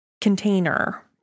container